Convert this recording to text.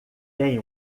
tem